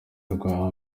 rwa